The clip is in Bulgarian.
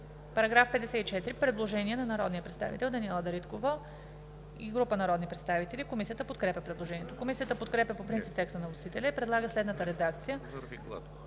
По § 54 има предложение на народния представител Даниела Дариткова и група народни представители. Комисията подкрепя предложението. Комисията подкрепя по принцип текста на вносителя и предлага следната редакция